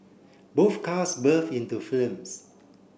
both cars burst into flames